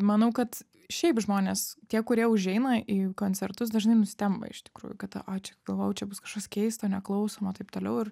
manau kad šiaip žmonės tie kurie užeina į koncertus dažnai nustemba iš tikrųjų kad o čia galvojau čia bus kažkas keisto neklausomo taip toliau ir